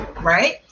right